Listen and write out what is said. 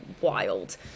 wild